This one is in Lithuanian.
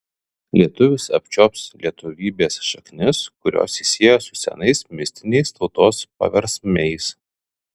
lietuvis apčiuops lietuvybės šaknis kurios jį sieja su senais mistiniais tautos paversmiais